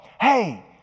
Hey